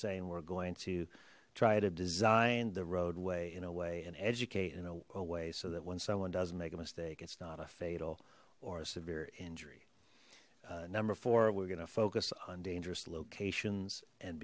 saying we're going to try to design the roadway in a way and educate in a way so that when someone doesn't make a mistake it's not a fatal or a severe injury number four we're gonna focus on dangerous locations and